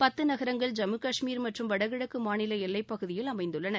பத்து நகரங்கள் ஜம்மு காஷ்மீர் மற்றும் வடகிழக்கு மாநில எல்லைப்பகுதியில் அமைந்துள்ளன